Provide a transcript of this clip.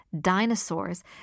dinosaurs